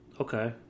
Okay